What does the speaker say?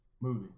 movie